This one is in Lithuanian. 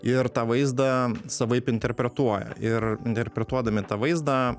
ir tą vaizdą savaip interpretuoja ir interpretuodami tą vaizdą